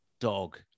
dog